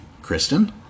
Kristen